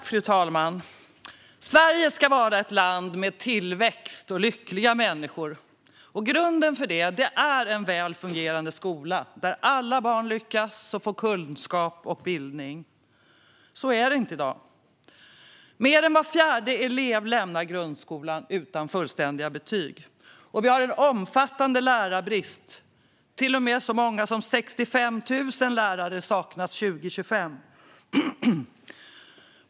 Fru talman! Sverige ska vara ett land med tillväxt och lyckliga människor. Grunden för det är en väl fungerande skola, där alla barn lyckas och får kunskap och bildning. Så är det inte i dag. Mer än var fjärde elev lämnar grundskolan utan fullständiga betyg, och vi har en omfattande lärarbrist. Så många som 65 000 lärare kommer att saknas 2025.